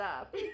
up